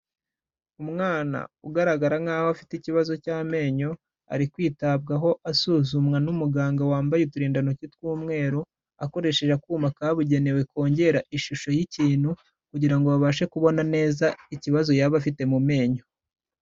Umwana ugaragara nkaho afite ikibazo cy'amenyo ari kwitabwaho asuzumwa n'umuganga wambaye uturindantoki tw'umweru, akoresheje akuma kabugenewe kongera ishusho y'ikintu, kugira ngo babashe kubona neza ikibazo yaba afite mu menyo.